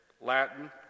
Latin